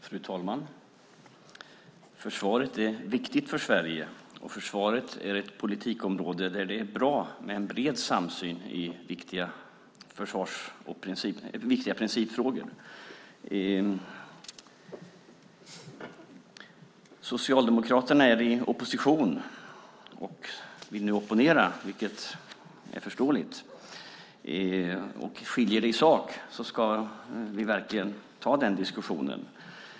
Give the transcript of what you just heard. Fru talman! Försvaret är viktigt för Sverige, och försvaret är ett politikområde där det är bra med en bred samsyn i viktiga principfrågor. Socialdemokraterna är i opposition och vill nu opponera, vilket är förståeligt. Om det skiljer i sak ska vi verkligen ta den diskussionen.